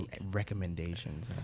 recommendations